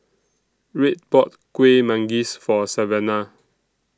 Red bought Kueh Manggis For Savanna